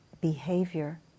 behavior